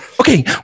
Okay